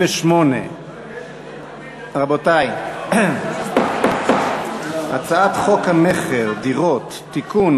14. הצעת חוק הבחירות לכנסת (תיקון,